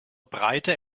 breite